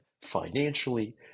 financially